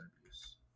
abuse